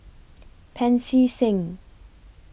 Pancy Seng